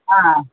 ಹಾಂ